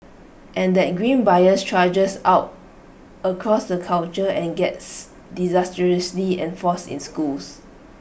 and that grim bias trudges out across the culture and gets disastrously reinforced in schools